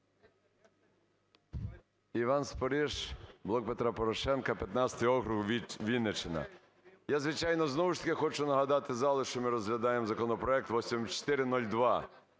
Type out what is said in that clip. Іван Спориш, "Блок Петра Порошенка", 15 округ, Вінниччина. Я, звичайно, знову ж таки, хочу нагадати залу, що ми розглядаємо законопроект 8402,